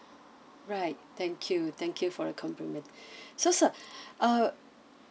right thank you thank you for your compliment so sir uh